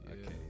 Okay